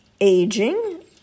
aging